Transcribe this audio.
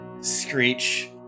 Screech